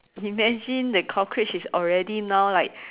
imagine the cockroach is already now like